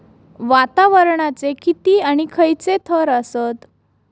वातावरणाचे किती आणि खैयचे थर आसत?